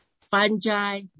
fungi